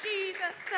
Jesus